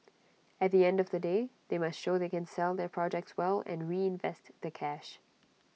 at the end of the day they must show they can sell their projects well and reinvest the cash